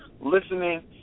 Listening